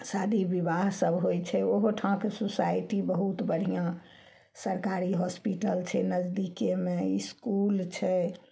शादी विवाह सब होइ छै ओहो ठाँके सोसाइटी बहुत बढ़िऑं सरकारी हॉस्पिटल छै नजदीकेमे इसकुल छै